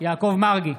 יעקב מרגי,